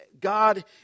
God